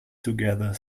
together